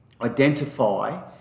identify